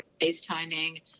FaceTiming